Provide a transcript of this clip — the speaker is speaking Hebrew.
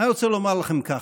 אני רוצה לומר לכם כך: